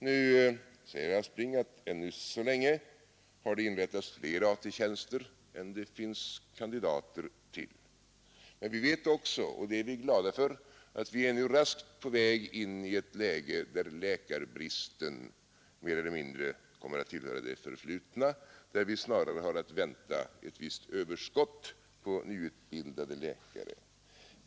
Nu säger herr Aspling att ännu så länge har det inrättats fler AT-tjänster än det finns kandidater till. Men vi vet också, och det är vi glada för, att vi nu raskt är på väg in i ett läge där läkarbristen mer eller mindre kommer att tillhöra det förflutna och där vi snarare har att vänta ett överskott på nyutbildade läkare.